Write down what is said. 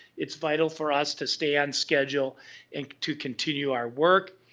it's vital for us to stay on schedule and to continue our work.